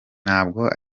ntabwo